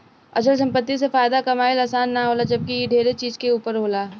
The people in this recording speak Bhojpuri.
अचल संपत्ति से फायदा कमाइल आसान ना होला जबकि इ ढेरे चीज के ऊपर होला